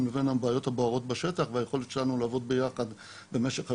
לבין הבעיות הבוערות בשטח והיכולת שלנו לעבוד ביחד במשך השנים,